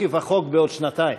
שתוקף החוק פג בעוד שנתיים.